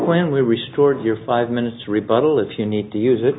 when we scored your five minutes rebuttal if you need to use it